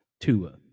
Tua